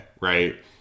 right